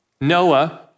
Noah